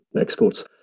exports